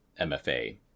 MFA